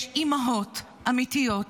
יש אימהות אמיתיות